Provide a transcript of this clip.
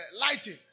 lighting